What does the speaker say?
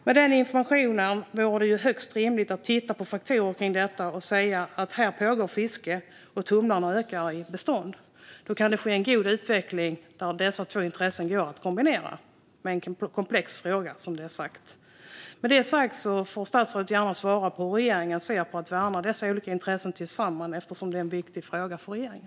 Med den informationen vore det ju högst rimligt att titta på faktorer kring detta och säga: Här pågår fiske, och tumlarna ökar i bestånd. Då kan det ske en god utveckling där dessa två intressen går att kombinera i något som är en komplex fråga, vilket vi har sagt. Med det sagt får statsrådet gärna svara på hur regeringen ser på att värna dessa olika intressen tillsammans, eftersom det är en viktig fråga för regeringen.